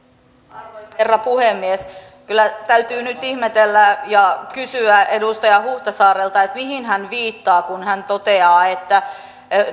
arvoisa herra puhemies kyllä täytyy nyt ihmetellä ja kysyä edustaja huhtasaarelta mihin hän viittaa kun hän toteaa että